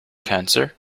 cancer